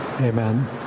Amen